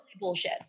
bullshit